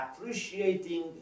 appreciating